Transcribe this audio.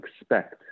expect